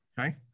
Okay